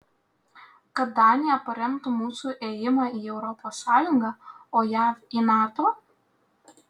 kad danija paremtų mūsų ėjimą į europos sąjungą o jav į nato